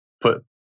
put